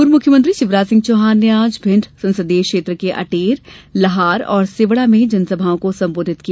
पूर्व मुख्यमंत्री शिवराज सिंह चौहान ने आज भिंड संसदीय क्षेत्र के अटेर लहार और सेवढा में जनसभाओं को संबोधित किया